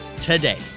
today